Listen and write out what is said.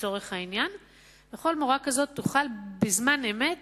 כל מורה כזאת תוכל בזמן אמת